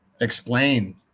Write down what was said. explain